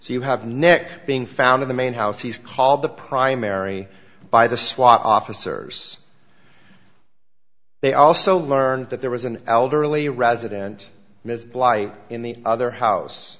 so you have nec being found in the main house he's called the primary by the swat officers they also learned that there was an elderly resident ms bligh in the other house